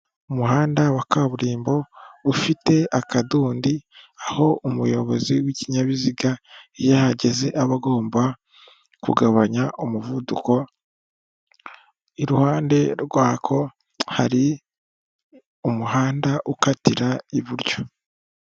Umuhanda wa kaburimbo ufite akadondi aho umuyobozi wikinyabiziga iyo ahageze aba agomba kugabanya umuvuduko, iruhande rwako hari umuhanda ukatira iburyo.